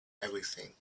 everything